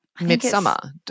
midsummer